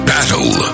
Battle